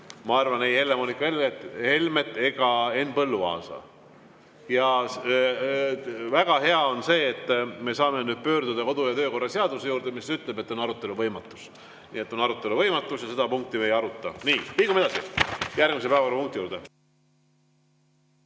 ole hetkel ei Helle-Moonika Helmet ega Henn Põlluaasa. Ja väga hea on see, et me saame nüüd pöörduda kodu- ja töökorra seaduse juurde, mis ütleb, et on arutelu võimatus. Nii et on arutelu võimatus ja seda punkti me ei aruta. Liigume edasi järgmise päevakorrapunkti juurde.